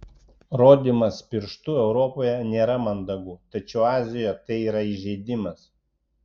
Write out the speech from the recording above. rodymas pirštu europoje nėra mandagu tačiau azijoje tai yra įžeidimas